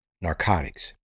narcotics